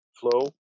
flow